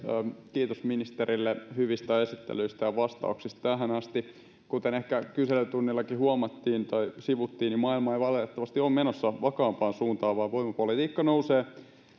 kiitos ministerille hyvistä esittelyistä ja vastauksista tähän asti kuten ehkä kyselytunnillakin huomattiin tai sivuttiin maailma ei valitettavasti ole menossa vakaampaan suuntaan vaan voimapolitiikka nousee